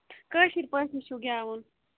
کٲشِر پٲٹھی چھُ گٮ۪وُن